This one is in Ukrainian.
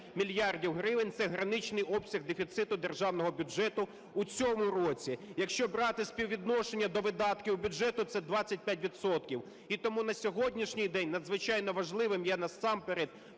мільярдів гривень – це граничний обсяг дефіциту державного бюджету у цьому році. Якщо брати співвідношення до видатків бюджету, це 25 відсотків. І тому на сьогоднішній день надзвичайно важливим є насамперед